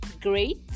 great